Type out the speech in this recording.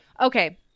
Okay